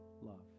love